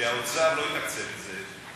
והאוצר לא יתקצב את זה,